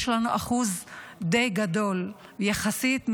יש לנו אחוז די גדול יחסית,